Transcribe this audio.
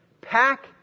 pack